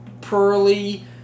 pearly